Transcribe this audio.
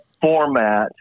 format